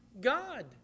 God